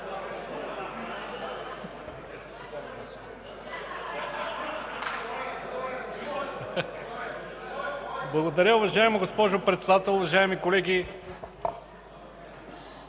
Благодаря. Уважаема госпожо Председател, уважаеми колеги!